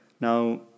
Now